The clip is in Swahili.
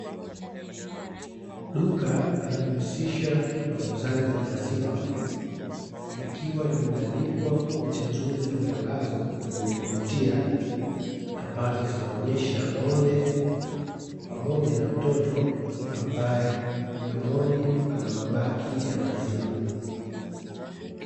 Duka linalojihusisha na uuzaji wa maziwa likiwa limebandikwa picha nzuri za matangazo zenye kuvutia ambazo zinaonyesha ng'ombe pamoja na mtoto ambaye mdomoni ana mabaki ya maziwa.